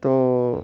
তো